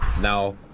Now